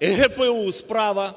і ГПУ справа